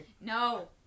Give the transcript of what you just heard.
No